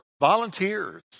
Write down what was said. volunteers